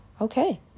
Okay